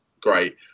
great